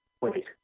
wait